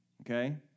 okay